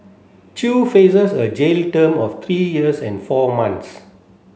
chew faces a jail term of three years and four months